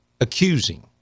accusing